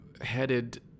headed